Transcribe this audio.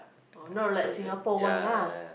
oh not like Singapore one lah